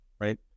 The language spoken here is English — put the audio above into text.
Right